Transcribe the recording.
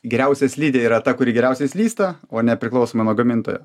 geriausia slidė yra ta kuri geriausiai slysta o nepriklausomai nuo gamintojo